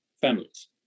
families